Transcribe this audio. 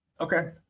okay